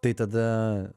tai tada